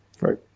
Right